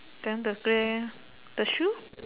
then the pay the shoe